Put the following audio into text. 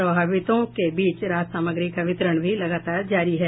प्रभावितों के बीच राहत सामग्री का वितरण भी लगातार जारी है